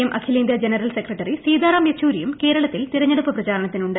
M അഖിലേന്ത്യാ general secretary Sitaram യെച്ചൂരിയും കേരളത്തിൽ തെരഞ്ഞെടുപ്പ് പ്രചാരണത്തിനുണ്ട്